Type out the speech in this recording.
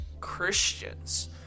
Christians